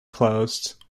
closed